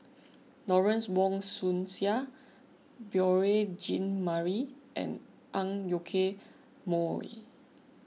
Lawrence Wong Shyun Tsai Beurel Jean Marie and Ang Yoke Mooi